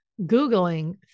Googling